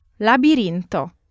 Labirinto